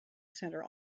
centre